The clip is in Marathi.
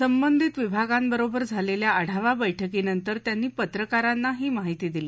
संबंधित विभागांबरोबर झालेल्या आढावा बैठकीनंतर त्यांनी पत्रकारांना ही माहिती दिली